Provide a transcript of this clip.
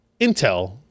intel